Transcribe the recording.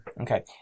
Okay